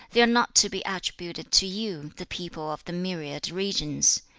they are not to be attributed to you, the people of the myriad regions.